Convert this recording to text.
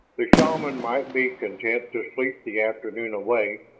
the shaman might be content to sleep the afternoon away,